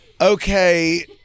okay